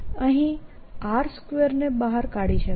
અહીંr 2 ને બહાર કાઢી શકાય